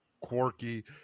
quirky